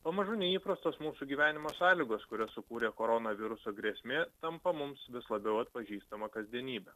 pamažu neįprastos mūsų gyvenimo sąlygos kurias sukūrė koronaviruso grėsmė tampa mums vis labiau atpažįstama kasdienybe